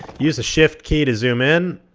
use the shift key to zoom in.